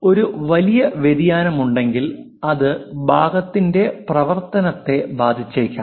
ഒരു വലിയ വ്യതിയാനമുണ്ടെങ്കിൽ അത് ഭാഗത്തിന്റെ പ്രവർത്തനത്തെ ബാധിച്ചേക്കാം